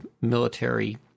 military